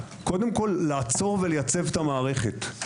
קודם כול לעצור ולייצב את המערכת,